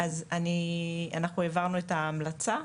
אז אני, אנחנו העברנו את ההמלצה.